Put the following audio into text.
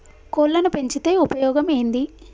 కోళ్లని పెంచితే ఉపయోగం ఏంది?